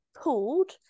pulled